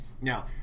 Now